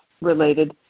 related